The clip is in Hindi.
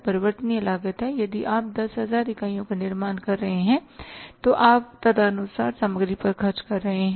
परिवर्तनीय लागत यह है कि यदि आप 10000 इकाइयों का निर्माण कर रहे हैं तो आप तदनुसार सामग्री पर खर्च कर रहे हैं